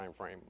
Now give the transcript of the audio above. timeframe